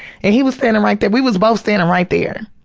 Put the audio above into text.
and he was standin' right there. we was both standin' right there.